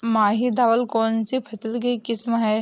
माही धवल कौनसी फसल की किस्म है?